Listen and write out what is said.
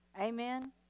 Amen